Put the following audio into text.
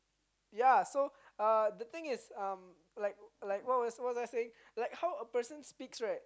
ya so uh the thing is um like like what was what was I saying like how a person speaks right